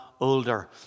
older